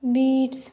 beats